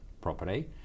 property